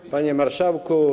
Panie Marszałku!